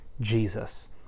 Jesus